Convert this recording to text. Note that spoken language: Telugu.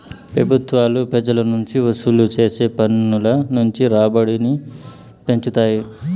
పెబుత్వాలు పెజల నుంచి వసూలు చేసే పన్నుల నుంచి రాబడిని పెంచుతాయి